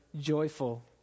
joyful